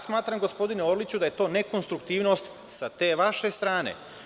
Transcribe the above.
Smatram, gospodine Orliću, da je to nekonstruktivnost sa te vaše strane.